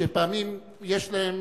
שפעמים יש להם